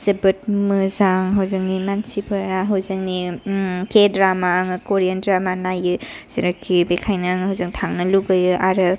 जोबोद मोजां हजोंनि मानसिफोरा हजोंनि केद्रामा आङो करियान द्रामा नायो जेरैखि बेखायनो आङो हजों थांनो लुगैयो आरो